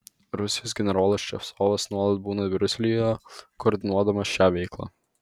rusijos generolas ševcovas nuolat būna briuselyje koordinuodamas šią veiklą